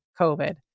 COVID